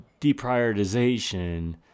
deprioritization